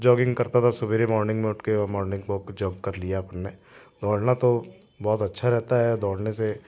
jogging करता था सबेरे मोर्निंग में उठ के और मोर्निंग वोक जब कर लिया अपन ने दौड़ना तो बहुत अच्छा रहता है दौड़ने से